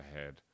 ahead